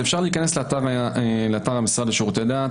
אפשר להיכנס לאתר המשרד לשירותי דת,